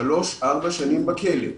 שלוש-ארבע שנים בכלא.